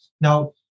Now